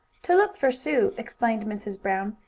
to look for sue, explained mrs. brown.